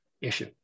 issue